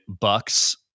Bucks